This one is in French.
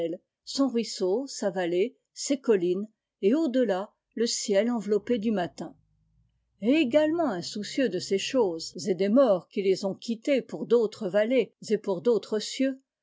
son ruisseau sa vallée ses collines et au delà le ciel enveloppé du matin et également insoucieux de ces choses et des morts qui les ont quittées pour d'autres vallées et pour d'autres cieux